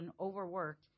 overworked